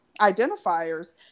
identifiers